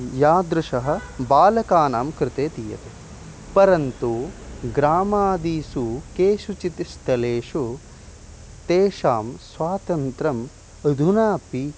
यादृशं बालकानां कृते दीयते परन्तु ग्रामादिषु केषुचित् स्थलेषु तेषां स्वातन्त्र्यम् अधुनापि